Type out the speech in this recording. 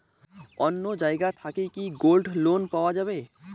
অন্য জায়গা থাকি কি গোল্ড লোন পাওয়া যাবে?